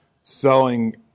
Selling